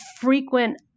frequent